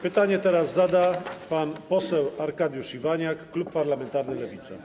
Pytanie zada pan poseł Arkadiusz Iwaniak, Klub Parlamentarny Lewica.